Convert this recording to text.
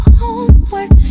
homework